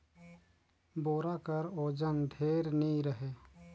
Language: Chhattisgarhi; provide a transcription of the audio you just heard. बोरा कर ओजन ढेर नी रहें